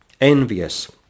envious